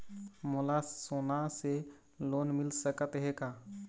मोला सोना से लोन मिल सकत हे का?